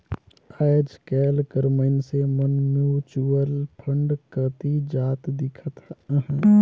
आएज काएल कर मइनसे मन म्युचुअल फंड कती जात दिखत अहें